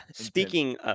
Speaking